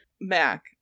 Mac